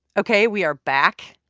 ok. we are back.